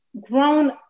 grown